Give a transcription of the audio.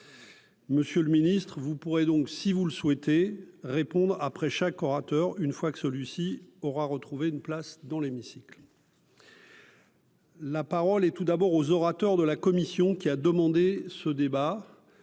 Monsieur le Ministre, vous pourrez donc, si vous le souhaitez répondre après chaque orateur, une fois que ce Lucie aura retrouvé une place dans l'hémicycle. La parole et tout d'abord aux orateurs de la commission qui a demandé ce débat